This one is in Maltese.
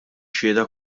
xhieda